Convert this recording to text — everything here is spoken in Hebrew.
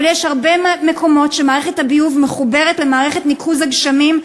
אבל יש הרבה מקומות שמערכת הביוב מחוברת למערכת ניקוז הגשמים,